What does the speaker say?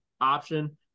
option